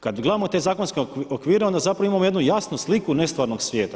Kad gledamo te zakonske okvire, onda zapravo imamo jednu jasnu sliku nestvarnog svije.